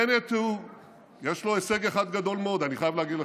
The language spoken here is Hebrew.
בנט, יש לו הישג אחד גדול, אני חייב להגיד לכם.